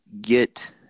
get